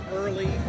early